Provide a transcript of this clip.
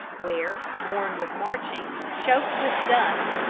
where, worn with marching, choked with dust,